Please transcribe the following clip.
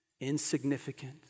Insignificant